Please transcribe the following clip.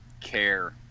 care